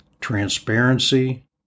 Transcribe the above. transparency